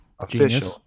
official